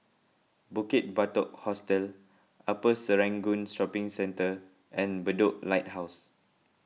Bukit Batok Hostel Upper Serangoon Shopping Centre and Bedok Lighthouse